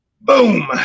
boom